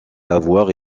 avoir